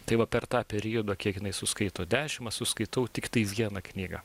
tai va per tą periodą kiek jinai suskaito dešimt aš suskaitau tiktai vieną knygą